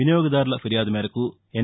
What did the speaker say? వినియోగదారుల ఫిర్యాదుల మేరకు ఎన్